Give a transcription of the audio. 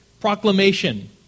proclamation